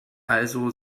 also